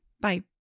Bye